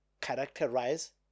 characterize